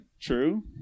true